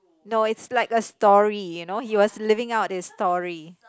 no it's like a story you know he was living out his story